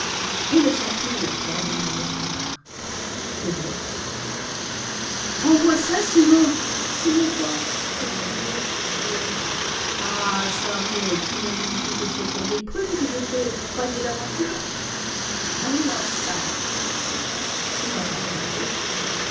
et le saphir ordonna ganimard t'es bête rends-moi ça sinon sinon quoi espèce d'idiot s'écria lupin ah çà mais timagines tu que c'est pour des prunes que je t'ai octroyé l'aventure rends-moi ça tu m'as pas regardé